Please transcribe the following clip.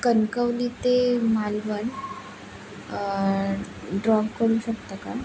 कणकवली ते मालवण ड्रॉप करू शकता का